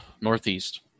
Northeast